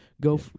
Go